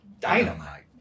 dynamite